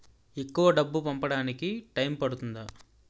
ఎక్కువ డబ్బు పంపడానికి టైం పడుతుందా?